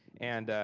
and,